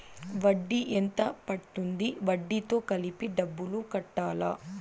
వడ్డీ ఎంత పడ్తుంది? వడ్డీ తో కలిపి డబ్బులు కట్టాలా?